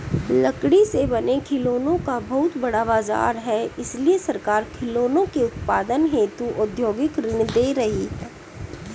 लकड़ी से बने खिलौनों का बहुत बड़ा बाजार है इसलिए सरकार खिलौनों के उत्पादन हेतु औद्योगिक ऋण दे रही है